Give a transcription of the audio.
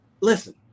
listen